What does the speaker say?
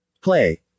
Play